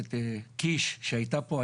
הכנסת קיש, שהייתה פה.